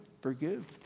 forgive